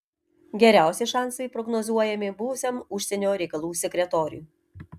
geriausi šansai prognozuojami buvusiam užsienio reikalų sekretoriui